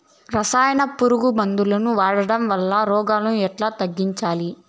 రసాయన పులుగు మందులు వాడడం వలన రోగాలు ఎలా తగ్గించాలి?